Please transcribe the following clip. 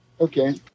Okay